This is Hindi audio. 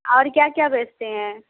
और क्या क्या बेचते हैं